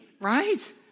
right